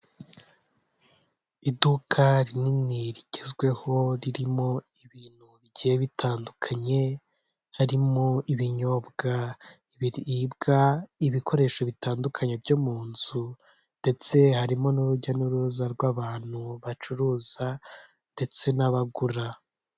Iduka rinini rigezweho, ririmo ibintu bigiye bitandukanye, harimo ibinyobwa, ibiribwa, ibikoresho bitandukanye byo mu nzu, ndetse harimo n'urujya n'uruza rw'abantu bacuruza ndetse n'abagura.